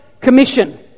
Commission